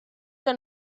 que